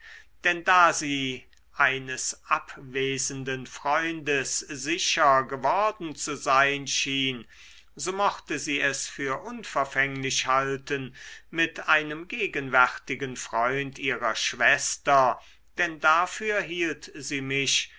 denn da sie eines abwesenden freundes sicher geworden zu sein schien so mochte sie es für unverfänglich halten mit einem gegenwärtigen freund ihrer schwester denn dafür hielt sie mich